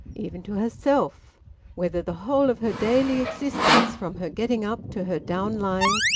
even to herself whether the whole of her daily existence, from her getting-up to her down-lying,